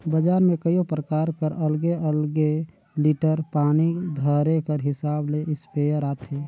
बजार में कइयो परकार कर अलगे अलगे लीटर पानी धरे कर हिसाब ले इस्पेयर आथे